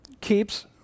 keeps